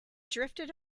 drifted